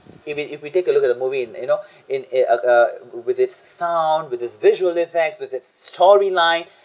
if we if we take a look at the movie in you know in a a a with its sound with its visual effect with its storyline